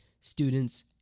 students